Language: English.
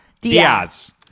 Diaz